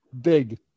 big